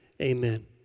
amen